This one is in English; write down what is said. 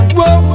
Whoa